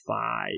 five